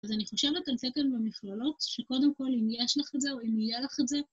אז אני חושבת על סקל במכללות שקודם כל, אם יש לך את זה או אם יהיה לך את זה...